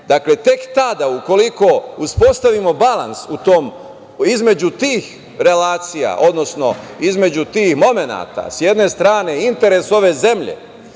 sile. Dakle, tek tada, ukoliko uspostavimo balans između tih relacija, odnosno između tih momenata sa jedne strane, interes ove zemlje